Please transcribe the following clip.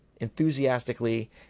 enthusiastically